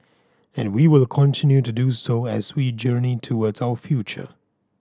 and we will continue to do so as we journey towards our future